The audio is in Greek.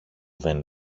δεν